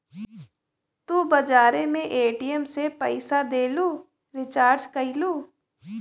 तू बजारे मे ए.टी.एम से पइसा देलू, रीचार्ज कइलू